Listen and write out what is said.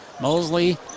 Mosley